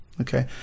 Okay